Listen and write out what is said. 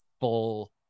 full